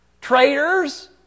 Traitors